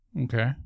Okay